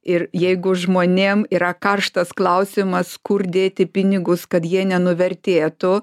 ir jeigu žmonėm yra karštas klausimas kur dėti pinigus kad jie nenuvertėtų